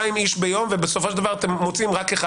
איש ביום ואתם בסופו של דבר מוצאים רק אחד?